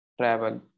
travel